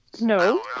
No